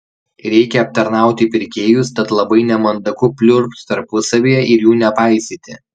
reikia aptarnauti pirkėjus tad labai nemandagu pliurpt tarpusavyje ir jų nepaisyti